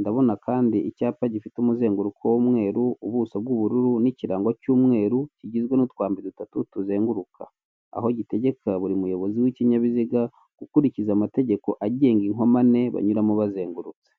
Ndabona kandi icyapa gifite umuzenguruko w'umweru, ubuso bw'ubururu, n'ikirango cy'umweru, kigizwe n'utwambi dutatu tuzenguruka. Aho gitegeka buri muyobozi w'ikinyabiziga gukurikiza inkomane banyuramo bazengurutse.